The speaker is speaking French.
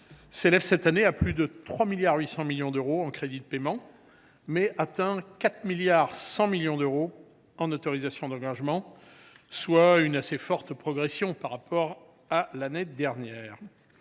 s’élève cette année à plus de 3,8 milliards d’euros en crédits de paiement, mais atteint 4,1 milliards d’euros en autorisations d’engagement, soit une forte progression par rapport à l’année dernière.